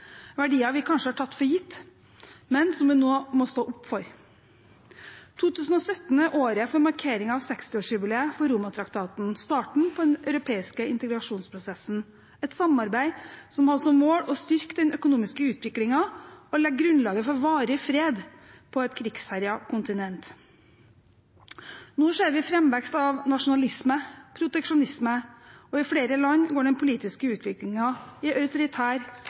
verdier vi kanskje har tatt for gitt, men som vi nå må stå opp for. 2017 er året for markeringen av 60-årsjubileet for Romatraktaten, starten på den europeiske integrasjonsprosessen, et samarbeid som hadde som mål å styrke den økonomiske utviklingen og legge grunnlaget for varig fred på et krigsherjet kontinent. Nå ser vi framvekst av nasjonalisme og proteksjonisme, og i flere land går den politiske utviklingen i autoritær,